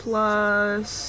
Plus